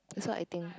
it's not I think